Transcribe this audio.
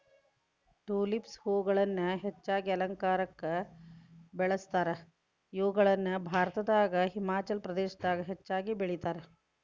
tulips ಹೂಗಳನ್ನ ಹೆಚ್ಚಾಗಿ ಅಲಂಕಾರಕ್ಕ ಬಳಸ್ತಾರ, ಇವುಗಳನ್ನ ಭಾರತದಾಗ ಹಿಮಾಚಲ ಪ್ರದೇಶದಾಗ ಹೆಚ್ಚಾಗಿ ಬೆಳೇತಾರ